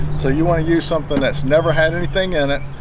so you want to use something that's never had anything in it,